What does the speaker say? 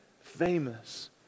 famous